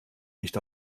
nicht